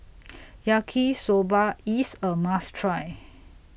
Yaki Soba IS A must Try